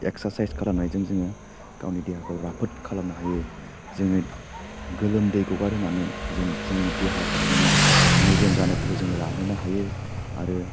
exercise खालामनायजों जोङो गावनि देहाखौ राफोद खालामनो हायो जोङो गोलोमदै गगार होनानै जों जोंनि देहा सिङाव मेजेम जानायफोरखौबो जोङो रानहोनो हायो आरो